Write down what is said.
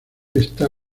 está